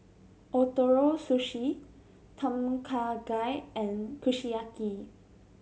Ootoro Sushi Tom Kha Gai and Kushiyaki